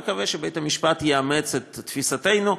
אני מקווה שבית-המשפט יאמץ את תפיסתנו.